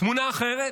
תמונה אחרת: